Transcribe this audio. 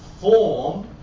form